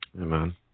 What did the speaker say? Amen